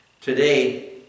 Today